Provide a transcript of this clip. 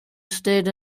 stayed